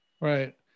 Right